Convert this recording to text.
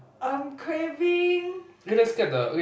I'm craving